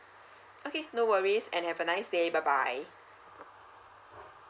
okay no worries and have a nice day bye bye